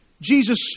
Jesus